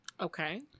Okay